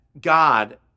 God